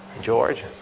George